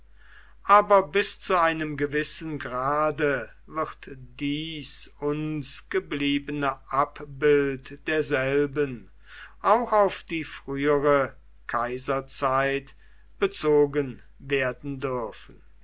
aber bis zu einem gewissen grade wird dies uns gebliebene abbild derselben auch auf die frühere kaiserzeit bezogen werden dürfen